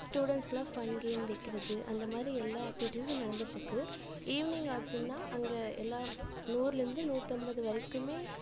ஸ்டூடெண்ஸ்க்கு எல்லாம் fun game வைக்கிறது அந்த மாதிரி எல்லா ஆக்டிவிட்டிஸும் நடந்துட்டுருக்கு ஈவினிங் ஆச்சுன்னா அங்கே எல்லாம் நூர்லந்து நூற்றம்பது வரைக்குமே